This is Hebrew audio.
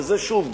ושוב,